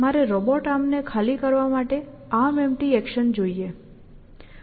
મારે robot arm ને ખાલી કરવા માટે ArmEmpty એક્શન જોઇએ